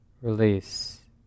release